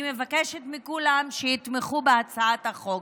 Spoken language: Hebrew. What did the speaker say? אני מבקשת מכולם שיתמכו בהצעת החוק.